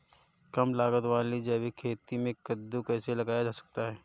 कम लागत वाली जैविक खेती में कद्दू कैसे लगाया जा सकता है?